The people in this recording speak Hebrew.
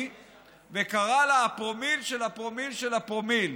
וקרא לה הפרומיל של הפרומיל של הפרומיל.